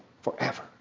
forever